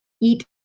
eat